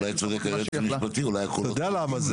אתה יודע למה זה?